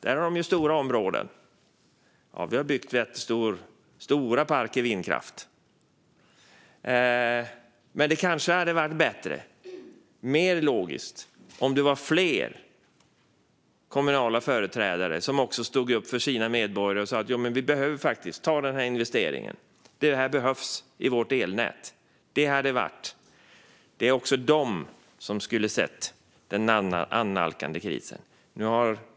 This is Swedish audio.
Där har de ju stora områden. Ja, vi har byggt rätt stora vindkraftsparker. Men det kanske vore bättre och mer logiskt om fler kommunala företrädare stod upp för sina medborgare och sa att vi behöver göra den här investeringen i vårt elnät. Det är också de som skulle ha sett den annalkande krisen.